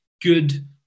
good